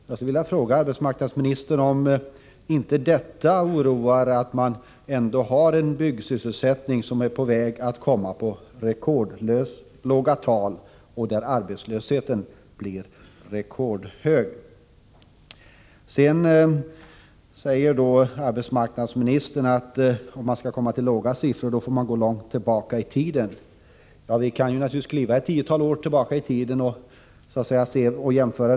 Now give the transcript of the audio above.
Jag skulle vilja fråga arbetsmarknadsministern om inte detta oroar. Antalet sysselsatta i byggbranschen är ju på väg att gå ned till mycket låga tal, och arbetslösheten blir rekordhög. Arbetsmarknadsministern säger att man måste gå långt tillbaka i tiden om man skall finna låga arbetslöshetssiffror. Vi kan naturligtvis kliva ett tiotal år tillbaka i tiden och jämföra.